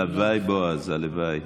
אבל לא צריך, הלוואי, בועז, הלוואי.